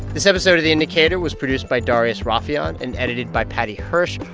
this episode of the indicator was produced by darius rafieyan and edited by paddy hirsch.